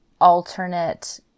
alternate